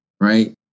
right